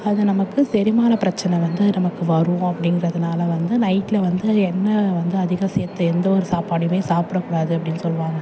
அது நமக்கு செரிமானப் பிரச்சனை வந்து நமக்கு வரும் அப்படிங்கிறதுனால வந்து நைட்டில் வந்து எண்ணெய் வந்து அதிகம் சேர்த்த எந்தவொரு சாப்பாட்டையுமே சாப்பிடக்கூடாது அப்படினு சொல்வாங்க